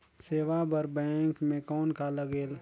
सेवा बर बैंक मे कौन का लगेल?